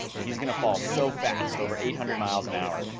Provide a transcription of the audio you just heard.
he's gonna fall so fast, over eight hundred miles an hour,